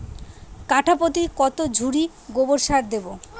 কাঠাপ্রতি কত ঝুড়ি গোবর সার দেবো?